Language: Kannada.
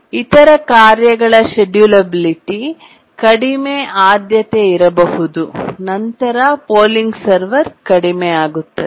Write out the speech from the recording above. ಇತರ ಕಾರ್ಯಗಳ ಶೆಡ್ಯೂಲ್ ಅಬಿಲಿಟಿ ಕಡಿಮೆ ಆದ್ಯತೆ ಇರಬಹುದು ನಂತರ ಪೋಲಿಂಗ್ ಸರ್ವರ್ ಕಡಿಮೆ ಆಗುತ್ತದೆ